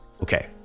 Okay